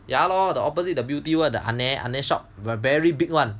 ya lor the opposite the beauty world the ah neh shop very big [one]